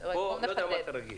אני לא יודע למה אתה רגיל,